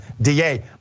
DA